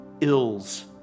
ills